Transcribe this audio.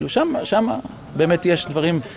שם שמה באמת יש דברים